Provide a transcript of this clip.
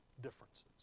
differences